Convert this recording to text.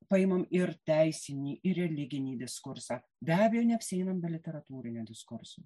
paimam ir teisinį ir religinį diskursą be abejo neapsieinam be literatūrinio diskurso